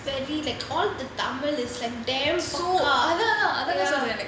very like all the tamil is like damn ஆனா ஆனா:aanaa aanaa ya